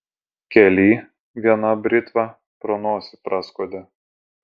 kely viena britva pro nosį praskuodė